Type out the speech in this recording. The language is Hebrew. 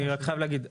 אני רק חייב להגיד.